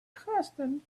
accustomed